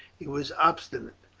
he was obstinate,